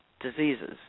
diseases